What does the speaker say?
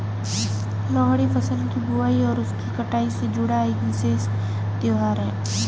लोहड़ी फसल की बुआई और उसकी कटाई से जुड़ा एक विशेष त्यौहार है